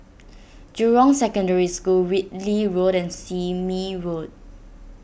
Jurong Secondary School Whitley Road and Sime Road